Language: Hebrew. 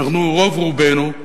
רוב רובנו,